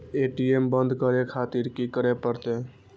ATM बंद करें खातिर की करें परतें?